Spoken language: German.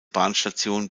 bahnstation